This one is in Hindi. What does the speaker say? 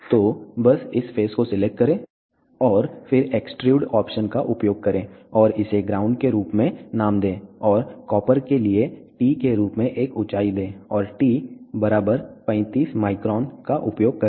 तो बस इस फेस को सिलेक्ट करें और फिर एक्सट्रूड ऑप्शन का उपयोग करें और इसे ग्राउंड के रूप में नाम दें और कॉपर के लिए t के रूप में एक ऊंचाई दें और t 35 μ का उपयोग करें